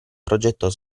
progetto